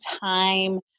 time